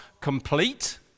complete